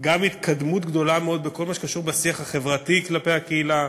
גם התקדמות גדולה מאוד בכל מה שקשור בשיח החברתי כלפי הקהילה,